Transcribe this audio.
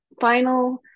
Final